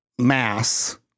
mass